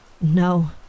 No